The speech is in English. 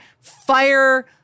fire